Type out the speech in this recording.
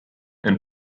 and